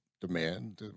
demand